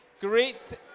Great